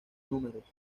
números